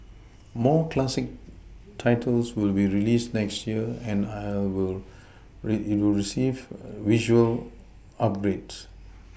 more Classic titles will be released next year and have will receive visual upgrades